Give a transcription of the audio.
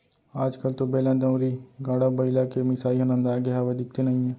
आज कल तो बेलन, दउंरी, गाड़ा बइला के मिसाई ह नंदागे हावय, दिखते नइये